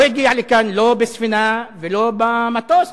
לא הגיע לכאן לא בספינה ולא במטוס,